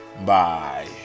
Bye